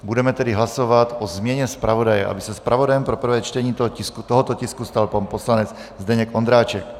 Budeme tedy hlasovat o změně zpravodaje, aby se zpravodajem pro prvé čtení tohoto tisku stal pan poslanec Zdeněk Ondráček.